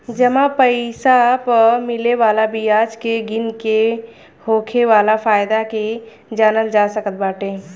जमा पईसा पअ मिले वाला बियाज के गिन के होखे वाला फायदा के जानल जा सकत बाटे